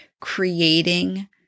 creating